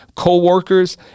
Co-workers